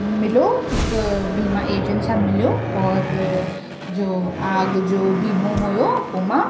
मिलो हिकु बीमा अजेंट सां मिलियो और जो आग जो बीमो हुओ उहो मां